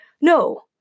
No